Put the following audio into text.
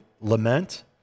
lament